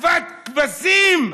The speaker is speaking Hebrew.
שתיקת כבשים.